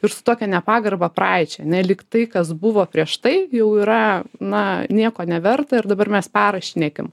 ir su tokia nepagarba praeičiai ane lygtai kas buvo prieš tai jau yra na nieko neverta ir dabar mes perrašinėkim